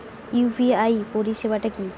UPI পরিসেবাটা কি?